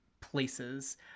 places